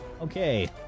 Okay